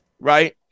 right